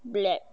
black